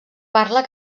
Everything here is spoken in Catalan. parla